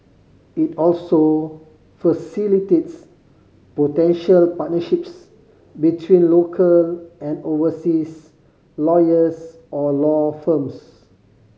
it also facilitates potential partnerships between local and overseas lawyers or law firms